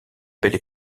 belle